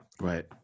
Right